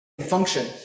function